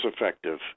effective